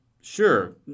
sure